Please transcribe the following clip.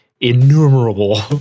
innumerable